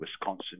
Wisconsin